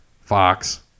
Fox